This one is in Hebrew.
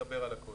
נדבר על הכול.